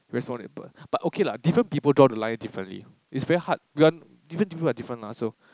very small temper but okay lah different people draw the line differently is very hard different people are different mah so